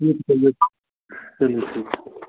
ठीक है भैया चलिए ठीक है